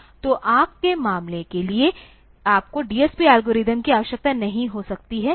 तो आपके मामले के लिए आपको DSP एल्गोरिदम की आवश्यकता नहीं हो सकती है